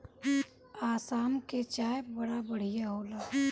आसाम के चाय बड़ा बढ़िया होला